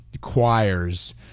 choirs